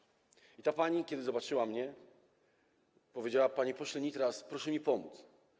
I ta pani, kiedy zobaczyła mnie, powiedziała: Panie pośle Nitras, proszę mi pomóc!